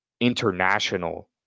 international